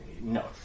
No